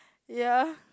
ya